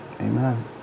Amen